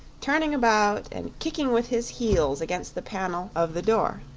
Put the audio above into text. turning about and kicking with his heels against the panel of the door.